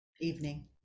Evening